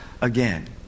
again